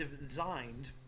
designed